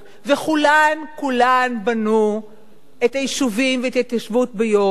וכולן כולן בנו את היישובים ואת ההתיישבות ביו"ש.